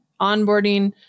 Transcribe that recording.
onboarding